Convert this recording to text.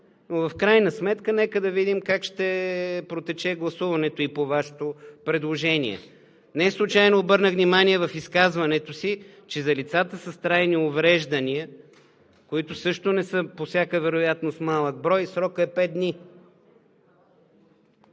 но в крайна сметка нека да видим как ще протече гласуването и по Вашето предложение. Неслучайно обърнах внимание в изказването си, че за лицата с трайни увреждания, които също не са по всяка вероятност малък брой, срокът е пет дни.